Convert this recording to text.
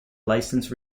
licensed